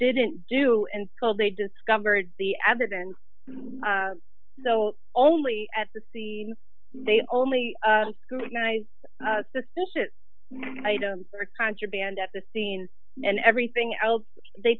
didn't do in school they discovered the evidence so only at the scene they only scrutinize suspicious items or contraband at the scene and everything else they